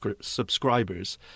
subscribers